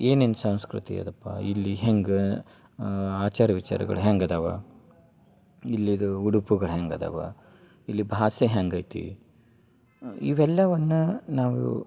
ಏನೇನು ಸಂಸ್ಕೃತಿ ಅದಪ್ಪ ಇಲ್ಲಿ ಹೆಂಗೆ ಆಚಾರ ವಿಚಾರಗಳು ಹೆಂಗದಾವ ಇಲ್ಲಿದು ಉಡುಪುಗಳು ಹೇಗದವ ಇಲ್ಲಿ ಭಾಷೆ ಹೇಗೈತಿ ಇವೆಲ್ಲವನ್ನು ನಾವು